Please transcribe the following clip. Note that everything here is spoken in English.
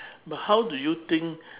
but how do you think